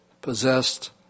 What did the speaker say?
Possessed